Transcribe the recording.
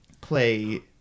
play